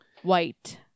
White